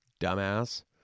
dumbass